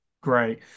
great